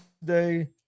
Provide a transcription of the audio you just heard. today